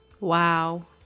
Wow